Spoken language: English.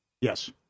Yes